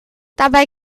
dabei